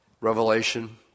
Revelation